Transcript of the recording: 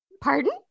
Pardon